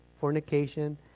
fornication